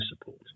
support